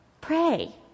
Pray